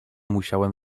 musiałem